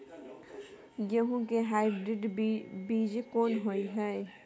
गेहूं के हाइब्रिड बीज कोन होय है?